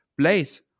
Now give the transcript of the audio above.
place